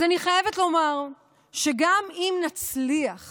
אז אני חייבת לומר שגם אם נצליח